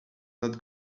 not